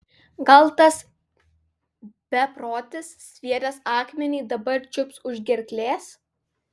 gal tas beprotis sviedęs akmenį dabar čiups už gerklės